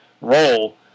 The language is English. role